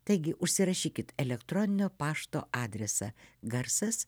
taigi užsirašykit elektroninio pašto adresą garsas